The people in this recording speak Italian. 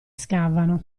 scavano